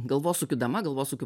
galvosūkių dama galvosūkių